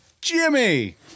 Jimmy